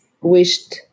wished